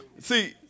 See